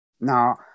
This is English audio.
Now